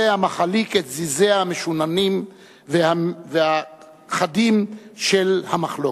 זה המחליק את זיזיה המשוננים והחדים של המחלוקת.